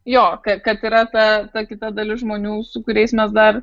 jo kad yra ta ta kita dalis žmonių su kuriais mes dar